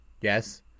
Yes